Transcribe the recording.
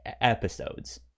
episodes